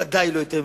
ודאי לא יותר מ-20%.